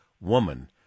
woman